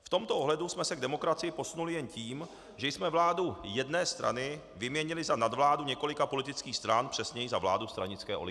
V tomto ohledu jsme se k demokracii posunuli jen tím, že jsme vládu jedné strany vyměnili za nadvládu několika politických stran, přesněji za vládu stranické oligarchie.